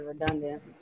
redundant